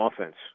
offense